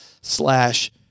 slash